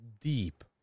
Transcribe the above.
deep